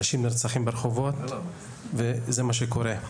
אנשים נרצחים ברחובות, וזה מה שקורה.